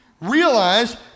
Realize